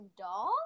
dog